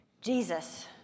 Jesus